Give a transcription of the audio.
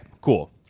cool